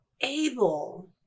able